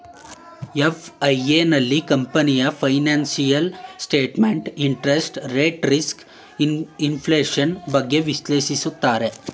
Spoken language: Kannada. ಎಫ್.ಐ.ಎ, ನಲ್ಲಿ ಕಂಪನಿಯ financial statement, interest rate risk, inflation, ಬಗ್ಗೆ ವಿಶ್ಲೇಷಿಸುತ್ತಾರೆ